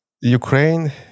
Ukraine